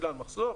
בגלל מחסור,